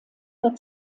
der